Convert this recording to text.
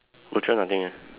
butcher nothing leh